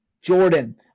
Jordan